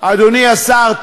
אדוני השר,